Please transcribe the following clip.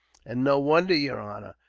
and no wonder, yer honor,